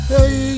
Hey